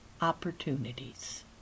opportunities